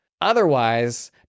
Otherwise